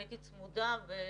אני הייתי צמודה לוועדות,